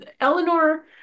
eleanor